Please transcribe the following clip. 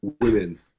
women